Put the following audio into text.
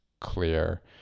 clear